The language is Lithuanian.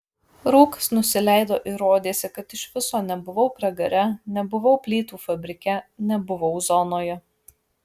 rūkas nusileido ir rodėsi kad iš viso nebuvau pragare nebuvau plytų fabrike nebuvau zonoje